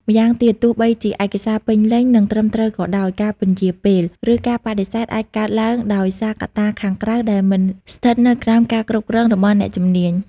ម្យ៉ាងទៀត ទោះបីជាឯកសារពេញលេញ និងត្រឹមត្រូវក៏ដោយ ការពន្យារពេល ឬការបដិសេធអាចនឹងកើតឡើងដោយសារកត្តាខាងក្រៅដែលមិនស្ថិតនៅក្រោមការគ្រប់គ្រងរបស់អ្នកជំនាញ។